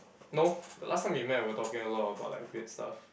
no the last time we met we were talking a lot about like weird stuff